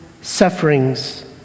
sufferings